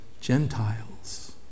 Gentiles